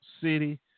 city